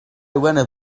wanted